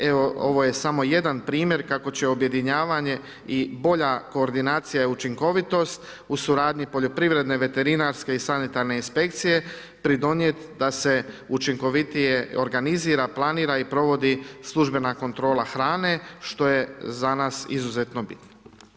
Evo ovo je samo jedan primjer kako će objedinjavanje i bolja koordinacija i učinkovitost u suradnji poljoprivredne, veterinarske i sanitarne inspekcije pridonijeti da se učinkovitije organizira, planira i provodi službena kontrola hrane što je za nas izuzetno bitno.